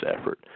effort